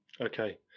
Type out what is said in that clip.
Okay